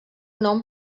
nom